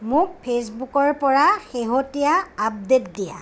মোক ফেইচবুকৰ পৰা শেহতীয়া আপডেট দিয়া